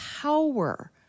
power